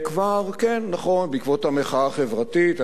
כן, נכון, בעקבות המחאה החברתית.